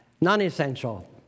non-essential